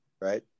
right